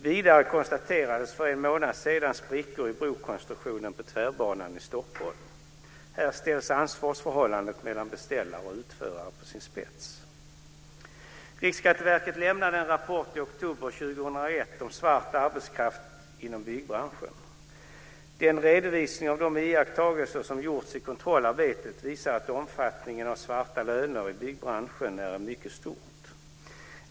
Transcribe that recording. Vidare konstaterades för en månad sedan sprickor i brokonstruktionen på Tvärbanan i Stockholm. Här ställs ansvarsförhållandet mellan beställare och utförare på sin spets. Riksskatteverket lämnade en rapport i oktober 2001 om svart arbetskraft inom byggbranschen. Den redovisning av de iakttagelser som gjorts i kontrollarbetet visar att omfattningen av svarta löner i byggbranschen är mycket stor.